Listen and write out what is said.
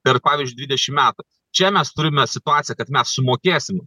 per pavyzdžiui dvidešim metų čia mes turime situaciją kad mes sumokėsim